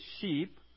sheep